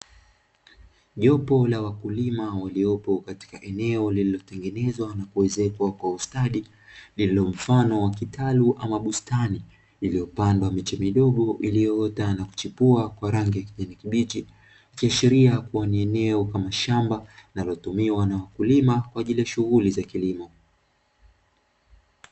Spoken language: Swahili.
Jopo la wakulima waliopo katika eneo lililotengenezwa na kuezekwa kwa ustadi lililo mfano wa kitalu ama bustani iliyopandwa miche midogo iliyoota na kuchipua kwa rangi ya kijani kibichi, ikiashiria kuwa ni eneo kama shamba na linalotumiwa na wakulima kwa ajili ya shughuli za kilimo.